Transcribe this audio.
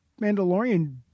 Mandalorian